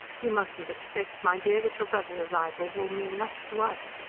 you mustn't expect, my dear, that your brother's arrival will mean much to us.